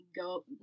Go